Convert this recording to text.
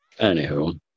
Anywho